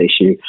issue